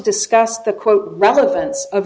discuss the quote relevance of